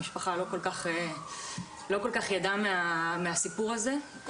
המשפחה לא כל כך ידעה מהסיפור הזה,